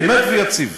אמת ויציב.